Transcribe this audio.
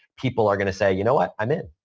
people are going to say, you know what, i'm in.